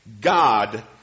God